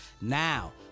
Now